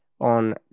on